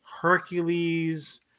Hercules